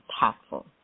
impactful